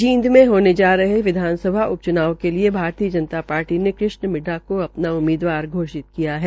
जींद में होने जा रहे विधानसभा उ च्नाव के लिये भारतीय जनता ार्टी ने कृष्ण मिड्डा को अ ना उम्मीदवार घोषित किया है